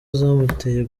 zamuteye